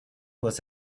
was